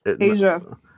Asia